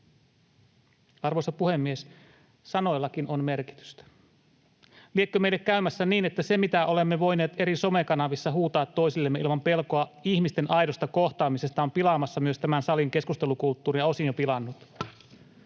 Arvoisa puhemies! Sanoillakin on merkitystä. Liekö meille käymässä niin, että se, mitä olemme voineet eri somekanavissa huutaa toisillemme ilman pelkoa ihmisten aidosta kohtaamisesta, on pilaamassa myös tämän salin keskustelukulttuuria ja osin jo pilannut.